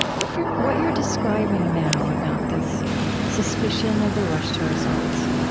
what you're what you're describing now about this suspicion of the rush to results,